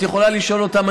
את יכולה לשאול אותם.